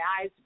eyes